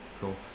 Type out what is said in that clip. cool